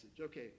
Okay